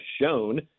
shown